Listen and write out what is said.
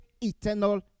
eternal